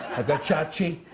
i've got chachi.